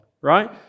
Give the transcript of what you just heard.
Right